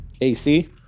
AC